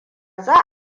za